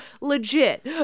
legit